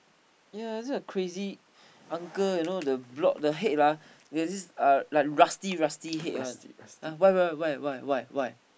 yea this kind of crazy uncle you know the block the head lah there's this like rusty rusty head one like ah why why why why why why why